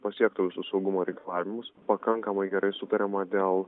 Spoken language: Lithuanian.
pasiektų visus saugumo reikalavimus pakankamai gerai sutariama dėl